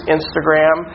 Instagram